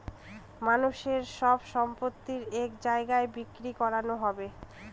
মানুষের সব সম্পত্তি এক জায়গায় বিক্রি করানো হবে